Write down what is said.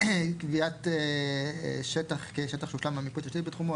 קביעת שטח כשטח שהושלם מיפוי התשתית בתחומו.